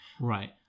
Right